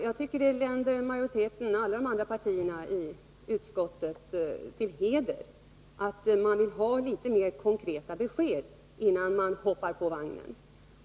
Jag tycker att det länder alla de andra partierna i utskottet till heder att man vill ha litet mer konkreta besked innan man hoppar på vagnen.